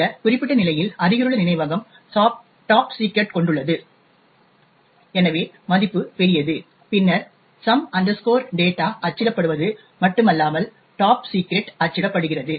இந்த குறிப்பிட்ட நிலையில் அருகிலுள்ள நினைவகம் டாப் சிக்ரெட் கொண்டுள்ளது எனவே மதிப்பு பெரியது பின்னர் சம் டேட்டாsome data அச்சிடப்படுவது மட்டுமல்லாமல்டாப் சிக்ரெட் அச்சிடப்படுகிறது